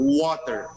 water